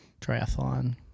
triathlon